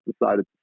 decided